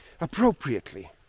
appropriately